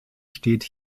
steht